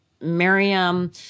Miriam